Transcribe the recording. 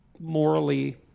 morally